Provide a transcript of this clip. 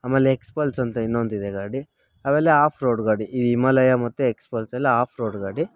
ಆಮೇಲೆ X pulse ಅಂತ ಇನ್ನೊಂದಿದೆ ಗಾಡಿ ಅವೆಲ್ಲ ಆಫ್ ರೋಡ್ ಗಾಡಿ ಈ ಇಮಾಲಯ ಮತ್ತು ಎಕ್ಸ್ ಪಲ್ಸ್ ಎಲ್ಲ ಆಫ್ ರೋಡ್ ಗಾಡಿ